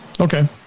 Okay